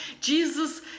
Jesus